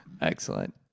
Excellent